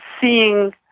seeing